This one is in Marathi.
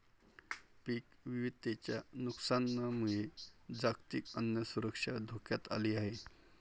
पीक विविधतेच्या नुकसानामुळे जागतिक अन्न सुरक्षा धोक्यात आली आहे